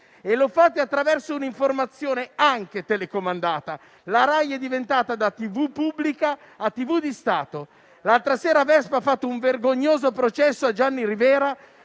e lo fate attraverso un'informazione anche telecomandata: la RAI da tv pubblica è diventata tv di Stato. L'altra sera Vespa ha fatto un vergognoso processo a Gianni Rivera,